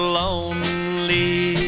lonely